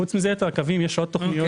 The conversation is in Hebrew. חוץ מזה ליתר הקווים יש עוד תכניות.